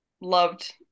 loved